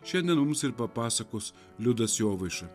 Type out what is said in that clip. šiandien mums ir papasakos liudas jovaiša